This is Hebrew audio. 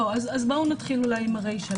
בואו נתחיל עם הרישה,